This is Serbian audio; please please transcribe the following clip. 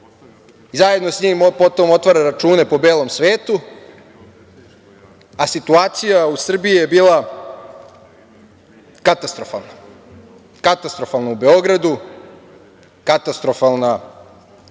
zajedno sa njim on potom otvara račune po belom svetu, a situacija u Srbiji je bila katastrofalna, katastrofalna u Beogradu, katastrofalna